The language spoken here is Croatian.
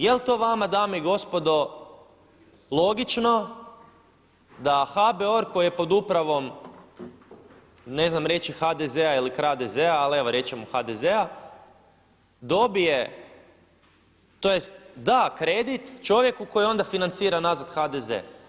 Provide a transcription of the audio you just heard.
Je li to vama dame i gospodo logično da HBOR koji je pod upravom ne znam reći HDZ-a ili „kradezea“ ali evo reći ćemo HDZ-a, dobije, tj. da kredit čovjeku koji onda financira nazad HDZ?